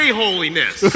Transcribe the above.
holiness